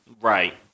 Right